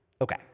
Okay